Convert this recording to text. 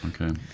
Okay